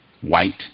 white